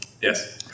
Yes